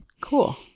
cool